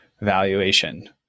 valuation